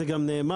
זה גם נאמר.